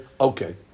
Okay